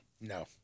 No